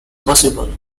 possible